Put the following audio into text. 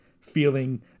feeling